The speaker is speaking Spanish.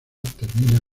termina